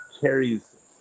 carries